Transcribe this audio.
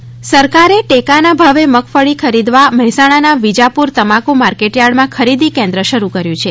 મગફળી સરકારે ટેકાના ભાવે મગફળી ખરીદવા મહેસાણાના વિજાપુર તમાકું માર્કેટયાર્ડમાં ખરીદી કેન્દ્ર શરૂ કર્યું છે